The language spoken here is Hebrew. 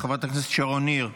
חברת הכנסת שרון ניר,